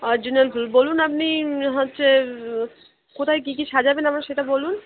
original ফুল বলুন আপনি হচ্ছে কোথায় কি কি সাজাবেন আমায় সেটা বলুন